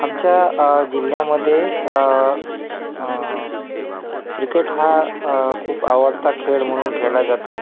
आमच्या जिल्ह्यामध्ये क्रिकेट हा खूप आवडता खेळ म्हणून खेळला जातो